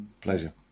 Pleasure